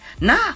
Nah